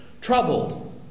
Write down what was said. troubled